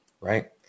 Right